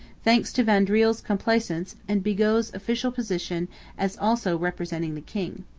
thanks to vaudreuil's complaisance and bigot's official position as also representing the king.